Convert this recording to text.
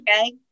okay